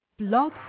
blog